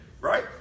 Right